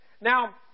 Now